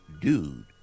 dude